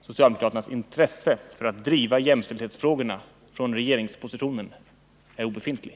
Socialdemokraternas intresse för att från regeringsposition driva jämställdhetsfrågan är obefintligt.